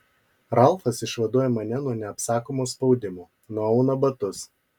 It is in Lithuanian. ralfas išvaduoja mane nuo neapsakomo spaudimo nuauna batus